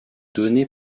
donné